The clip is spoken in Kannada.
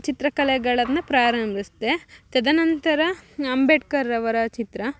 ಚಿತ್ರಕಲೆಗಳನ್ನು ಪ್ರಾರಂಭಿಸ್ತೆ ತದನಂತರ ಅಂಬೇಡ್ಕರ್ರವರ ಚಿತ್ರ